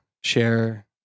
share